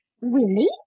Willie